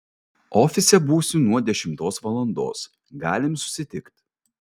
ofise būsiu nuo dešimtos valandos galim susitikt